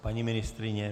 Paní ministryně?